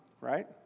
right